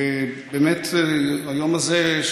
ובאמת, היום הזה,